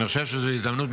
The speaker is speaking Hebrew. אני חושב שזאת הזדמנות,